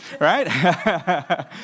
right